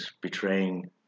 betraying